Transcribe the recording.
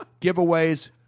giveaways